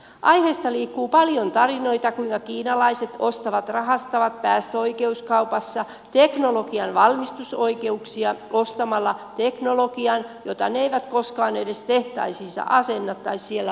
aiheesta liikkuu paljon tarinoita kuinka kiinalaiset ostavat rahastavat päästöoikeuskaupassa teknologian valmistusoikeuksia ostamalla teknologian jota ne eivät koskaan edes tehtaisiinsa asenna tai siellä valmista